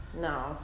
no